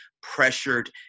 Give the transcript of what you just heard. pressured